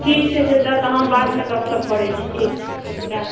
ठीक छै चाचा तऽ हम बादमे गप सप करैत छी ठीक छै राखू